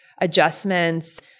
adjustments